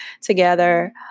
together